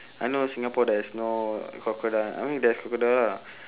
I know singapore there's no crocodile I mean there's crocodile lah